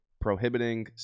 prohibiting